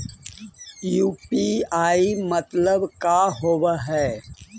UPI मतलब का होब हइ?